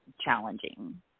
challenging